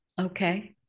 Okay